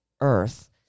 earth